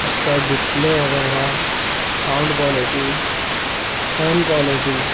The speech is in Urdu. اس کا ڈسپلے وغیرہ ساؤنڈ کوالٹی فون کوالٹی